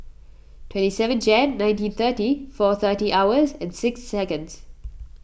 twenty seven Jan nineteen thirty four thirty hours and six seconds